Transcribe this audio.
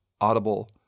Audible